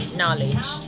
knowledge